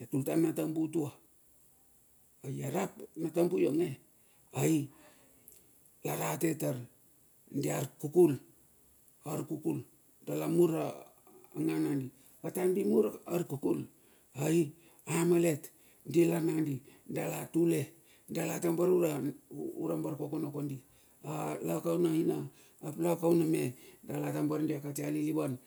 ia tultar na tambu tua. Ai ia rap na tambu ionga ai, ia rate tar diarkukul arkukul a malet? Dilar nangandi, dala tule dala tambar ura barkokono kondi ah. La kan aina la kaun ame dala tambar dia kati alilivan.